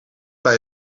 bij